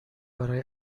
برای